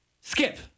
Skip